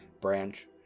branch